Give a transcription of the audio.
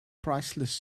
priceless